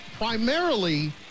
primarily